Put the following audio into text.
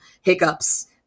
hiccups